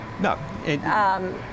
No